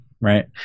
Right